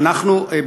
אנחנו,